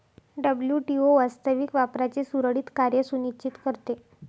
WTO वास्तविक व्यापाराचे सुरळीत कार्य सुनिश्चित करते